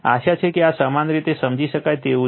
આશા છે કે આ સમાન રીતે સમજી શકાય તેવું છે